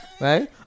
right